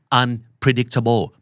unpredictable